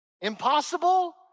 Impossible